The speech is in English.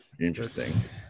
interesting